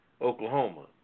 Oklahoma